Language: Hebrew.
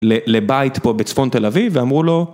לבית פה בצפון תל אביב ואמרו לו